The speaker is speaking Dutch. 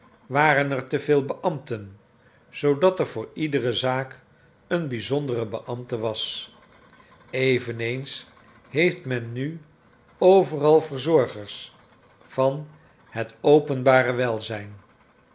waren er te veel beambten zoodat er voor iedere zaak een bizondere beambte was eveneens heeft men nu overal verzorgers van het openbare welzijn